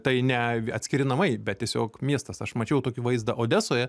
tai ne atskiri namai bet tiesiog miestas aš mačiau tokį vaizdą odesoje